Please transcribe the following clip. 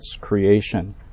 creation